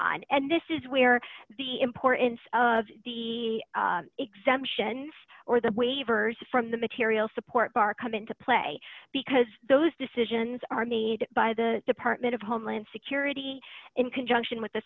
on and this is where the importance of the exemptions or the waivers from the material support bar come into play because those decisions are made by the department of homeland security in conjunction with the